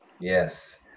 Yes